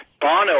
Bono